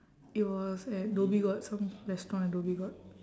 it was at dhoby ghaut some restaurant at dhoby ghaut